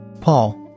Paul